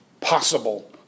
possible